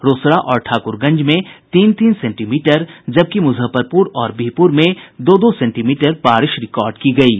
रोसड़ा और ठाकुरगंज में तीन तीन सेंटीमीटर जबकि मुजफ्फरपुर और बीहपुर में दो दो सेंटीमीटर बारिश रिकॉर्ड की गयी है